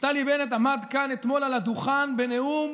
נפתלי בנט עמד כאן אתמול על הדוכן בנאום